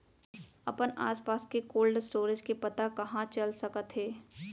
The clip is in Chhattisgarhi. अपन आसपास के कोल्ड स्टोरेज के पता कहाँ चल सकत हे?